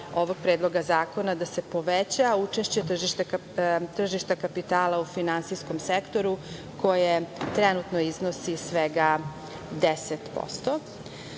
ovog Predloga zakona da se poveća učešće tržišta kapitala u finansijskom sektoru koje trenutno iznosi svega